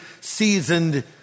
seasoned